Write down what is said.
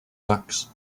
backs